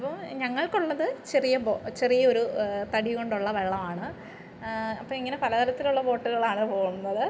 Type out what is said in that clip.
അപ്പോള് ഞങ്ങൾക്കുള്ളത് ചെറിയ ചെറിയ ഒരു തടി കൊണ്ടുള്ള വള്ളമാണ് അപ്പോള് ഇങ്ങനെ പല തരത്തിലുള്ള ബോട്ടുകളാണ് പോവുന്നത്